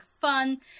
fun